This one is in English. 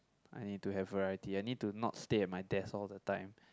I need to have variety I need to not stay at my desk all the time